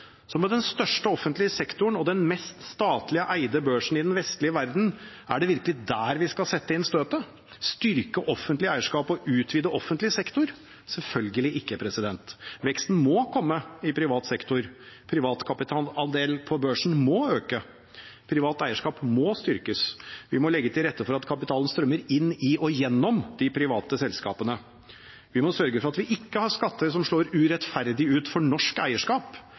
den største offentlige sektoren og den mest statlig eide børsen i den vestlige verden – er det virkelig der vi skal sette inn støtet? Styrke offentlig eierskap og utvide offentlig sektor? Selvfølgelig ikke. Veksten må komme i privat sektor. Privatkapitalandelen på børsen må øke. Privat eierskap må styrkes. Vi må legge til rette for at kapitalen strømmer inn i og gjennom de private selskapene. Vi må sørge for at vi ikke har skatter som slår urettferdig ut for norsk eierskap.